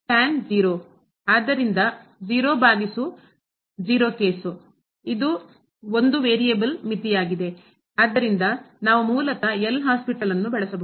ಆದ್ದರಿಂದ 0 ಭಾಗಿಸು 0 ಕೇಸ್ ಇದು ಒಂದು ವೇರಿಯಬಲ್ ಮಿತಿಯಾಗಿದೆ ಆದ್ದರಿಂದ ನಾವು ಮೂಲತಃ L ಹಾಸ್ಪಿಟಲ್ ಅನ್ನು ಬಳಸಬಹುದು